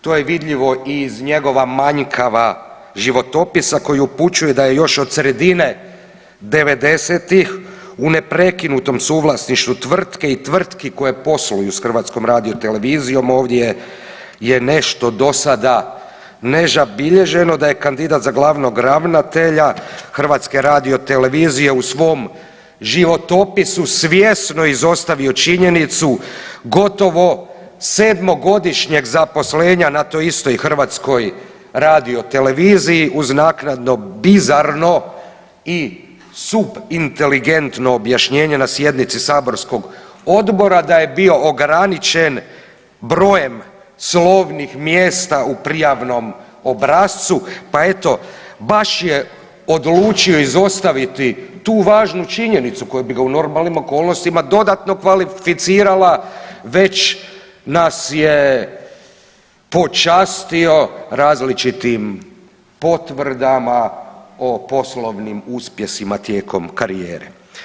To je vidljivo i iz njegova manjkava životopisa koji upućuje da je još od sredine '90.-tih u neprekinutom suvlasništvu tvrtke i tvrtki koje posluju s HRT-om ovdje je nešto dosada nezabilježeno, da je kandidat za glavnog ravnatelja HRT-a u svom životopisu svjesno izostavio činjenicu gotovo sedmogodišnjeg zaposlenja na toj istoj HRT-u uz naknadno bizarno i subinteligentno objašnjenje na sjednici saborskog odbora da je bio ograničen brojem slovnih mjesta u prijavnom obrascu, pa eto baš je odlučio izostaviti tu važnu činjenicu koja bi ga u normalnim okolnostima dodatno kvalificirala, već nas je počastio različitim potvrdama o poslovnim uspjesima tijekom karijere.